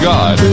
God